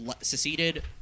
seceded